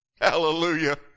Hallelujah